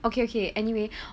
okay okay anyway